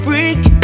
Freak